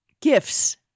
gifts